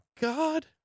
God